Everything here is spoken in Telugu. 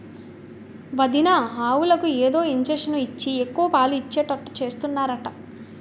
వదినా ఆవులకు ఏదో ఇంజషను ఇచ్చి ఎక్కువ పాలు ఇచ్చేటట్టు చేస్తున్నారట